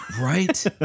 right